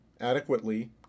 adequately